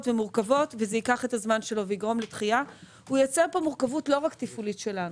ומורכבות ויגרום לדחייה יוצר מורכבות לא רק תפעולית שלנו.